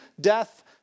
death